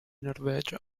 norvegia